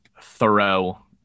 thorough